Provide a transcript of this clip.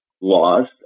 laws